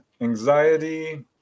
anxiety